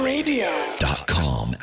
Radio.com